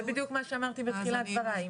זה בדיוק מה שאמרתי בתחילת דבריי,